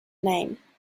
name